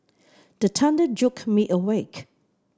the thunder jolt me awake